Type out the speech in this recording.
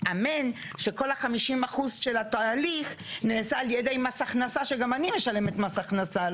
אמן שכל ה-50% של התהליך נעשה על ידי מס הכנסה שגם אני משלמת מס הכנסה.